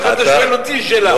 איך אתה שואל אותי שאלה?